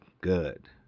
good